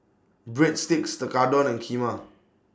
Breadsticks Tekkadon and Kheema